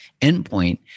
endpoint